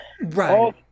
right